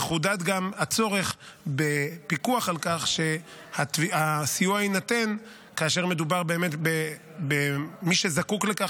וחודד גם הצורך בפיקוח על כך שהסיוע יינתן כאשר מדובר במי שזקוק לכך